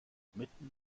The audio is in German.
mitten